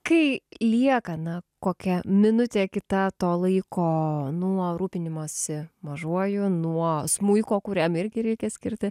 kai lieka na kokia minutė kita to laiko nuo rūpinimosi mažuoju nuo smuiko kuriam irgi reikia skirti